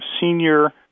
senior